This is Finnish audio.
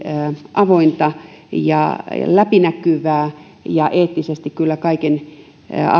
avointa ja läpinäkyvää ja eettisesti kyllä kaiken